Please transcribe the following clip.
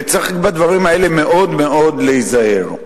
ובדברים האלה צריך מאוד מאוד להיזהר.